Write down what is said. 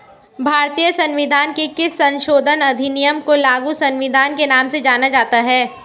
भारतीय संविधान के किस संशोधन अधिनियम को लघु संविधान के नाम से जाना जाता है?